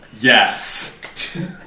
Yes